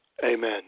Amen